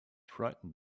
frightened